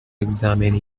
examine